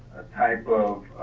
type of